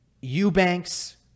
Eubanks